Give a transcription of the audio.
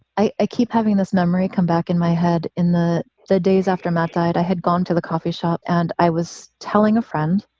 i i keep having this memory come back in my head. in the the days after my daughter, i had gone to the coffee shop and i was telling a friend.